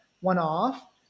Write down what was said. one-off